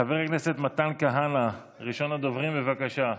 חבר הכנסת מתן כהנא, ראשון הדוברים, בבקשה.